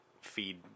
feed